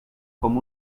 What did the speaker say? com